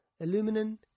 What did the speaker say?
aluminum